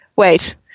wait